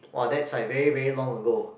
[wah] that's like very very long ago